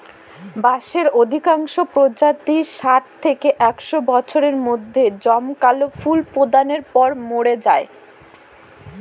বাঁশের অধিকাংশ প্রজাতিই ষাট থেকে একশ বছরের মধ্যে জমকালো ফুল প্রদানের পর মরে যায়